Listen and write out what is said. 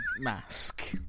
mask